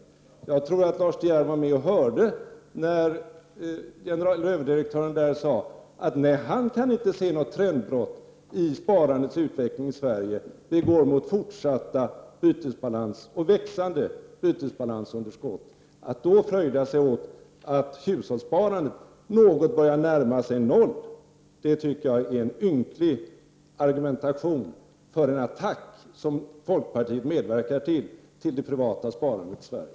Men jag tror att även Lars De Geer har hört överdirektören där säga att han inte kan skönja något trendbrott i utvecklingen vad gäller sparandet i Sverige. Vi går mot fortsatta och växande bytesbalansunderskott. Att då fröjda sig åt att hushållssparandet börjar närma sig nollstrecket tycker jag är ynkligt. Det handlar ju om en attack mot det privata sparandet i Sverige som folkpartiet medverkar till.